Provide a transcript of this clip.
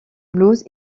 blues